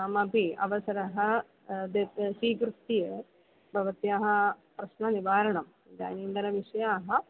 अपि अवसरः स्वीकृत्य भवत्याः प्रश्ननिवारणम् इदानीन्तन विषयाः